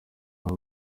aba